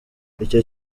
icyo